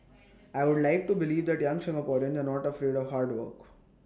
I would like to believe that young Singaporeans that are not afraid of hard work